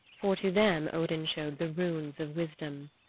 for to them odin showed the runes of wisdom.